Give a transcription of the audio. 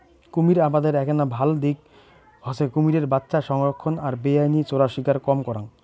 কুমীর আবাদের এ্যাকনা ভাল দিক হসে কুমীরের বাচ্চা সংরক্ষণ আর বেআইনি চোরাশিকার কম করাং